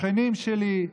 שכנים שלי.